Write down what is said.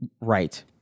Right